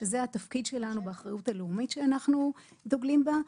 שזה התפקיד שלנו באחריות הלאומית שאנחנו דוגלים בה.